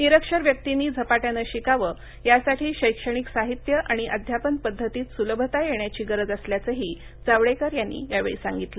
निरक्षर व्यक्तींनी झपाट्यानं शिकावं यासाठी शैक्षणिक साहित्य आणि अध्यापन पद्धतीत सुलभता येण्याची गरज असल्याचंही जावडेकर यांनी यावेळी सांगितलं